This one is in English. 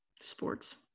sports